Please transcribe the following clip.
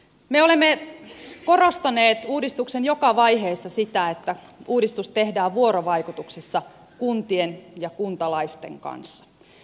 me olemme korostaneet uudistuksen joka vaiheessa sitä että uudistus tehdään vuorovaikutuksessa kuntien ja kuntalaisten kanssa